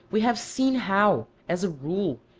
we have seen how, as a rule,